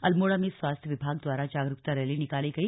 अल्मोड़ा में स्वास्थ्य विभाग द्वारा जागरूकता रैली निकाली गई